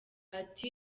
ati